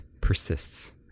persists